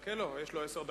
ליעקב כץ יש עשר דקות,